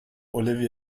olivia